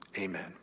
Amen